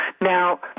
Now